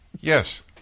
Yes